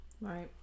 Right